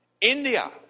India